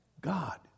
God